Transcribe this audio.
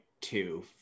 two